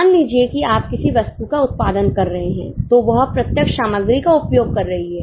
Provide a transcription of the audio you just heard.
मान लीजिए कि आप किसी वस्तु का उत्पादन कर रहे हैं तो वह प्रत्यक्ष सामग्री का उपयोग कर रही है